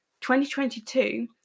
2022